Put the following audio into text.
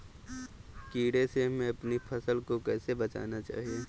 कीड़े से हमें अपनी फसल को कैसे बचाना चाहिए?